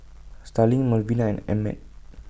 Starling Melvina and Emmett